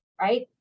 right